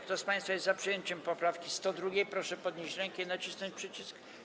Kto z państwa jest za przyjęciem poprawki 102., proszę podnieść rękę i nacisnąć przycisk.